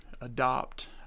adopt